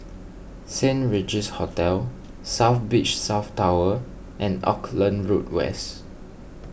Saint Regis Hotel South Beach South Tower and Auckland Road West